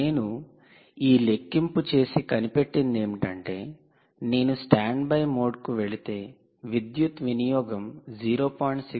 నేను ఈ లెక్కింపు చేసి కనిపెట్టింది ఏమిటంటే నేను స్టాండ్బై మోడ్ కు వెళితే విద్యుత్ వినియోగం 0